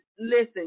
Listen